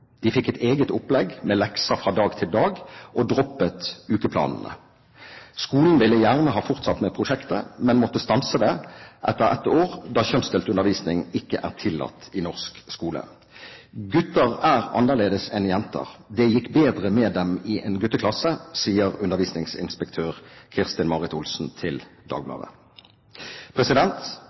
De fikk et eget opplegg med lekser fra dag til dag, og droppet ukeplanene. Skolen ville gjerne ha fortsatt med prosjektet, men måtte stanse det etter ett år, da kjønnsdelt undervisning ikke er tillatt i norsk skole. «Gutter er annerledes enn jenter. Det gikk bedre med dem i en gutteklasse», sier undervisningsinspektør Kirsten Marit Olsen til Dagbladet.